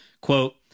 quote